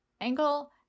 angle